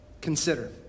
consider